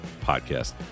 Podcast